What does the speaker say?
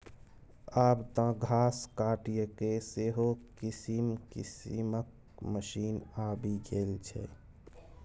आब तँ घास काटयके सेहो किसिम किसिमक मशीन आबि गेल छै